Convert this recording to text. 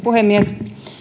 puhemies